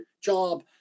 job